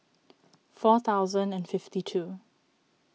four thousand and fifty two